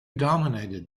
dominated